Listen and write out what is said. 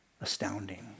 astounding